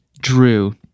Drew